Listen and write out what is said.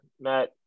Matt